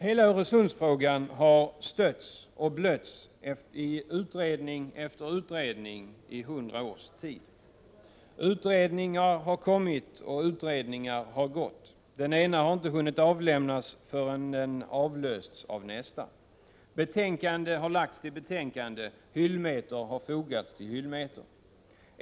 Hela Öresundsfrågan har stötts och blötts i utredning efter utredning i hundra års tid. Utredningar har kommit, och utredningar har gått. Den ena harinte hunnit avlämnas förrän den avlösts av nästa. Betänkande har lagts till betänkande, hyllmeter har fogats till hyllmeter.